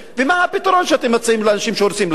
ומה הפתרון שאתם מציעים לאנשים שהורסים להם?